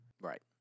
Right